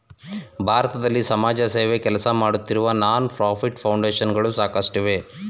ಭಾರತದಲ್ಲಿ ಸಮಾಜಸೇವೆ ಕೆಲಸಮಾಡುತ್ತಿರುವ ನಾನ್ ಪ್ರಫಿಟ್ ಫೌಂಡೇಶನ್ ಗಳು ಸಾಕಷ್ಟಿವೆ